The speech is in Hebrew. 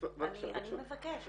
אני מבקשת,